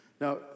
Now